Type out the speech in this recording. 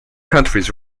countries